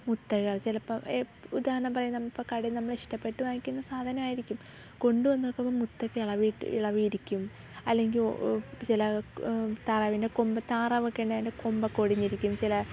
മുത്തഴ ചിലപ്പോൾ ഉദാഹരണം പറ ഇപ്പം കടയിൽനിന്ന് നമ്മളിഷ്ടപ്പെട്ട് വാങ്ങിക്കുന്ന സാധനമായിരിക്കും കൊണ്ട് വന്ന് നോക്കുമ്പോൾ മുത്തൊക്കെ ഇളകി ഇളകിയിരിക്കും അല്ലെങ്കിൽ ചില താറാവിൻ്റെ കൊമ്പ് താറാവൊക്കെ ഉണ്ട് അതിൻ്റെ കൊമ്പൊക്കെ ഒടിഞ്ഞിരിക്കും ചില